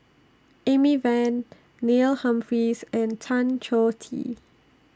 Amy Van Neil Humphreys and Tan Choh Tee